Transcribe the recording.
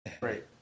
Right